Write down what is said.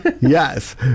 Yes